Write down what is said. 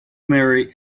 marry